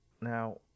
Now